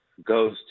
goes